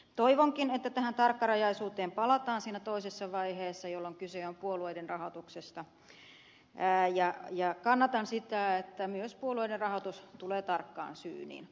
toivonkin että tähän tarkkarajaisuuteen palataan siinä toisessa vaiheessa jolloin kyse on puolueiden rahoituksesta ja kannatan sitä että myös puolueiden rahoitus tulee tarkkaan syyniin